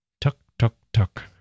Tuk-tuk-tuk